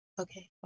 Okay